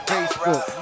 Facebook